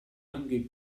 anche